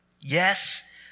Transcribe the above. Yes